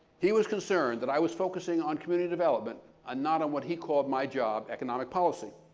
he was concerned that i was focusing on community development and not on what he called my job economic policy.